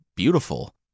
beautiful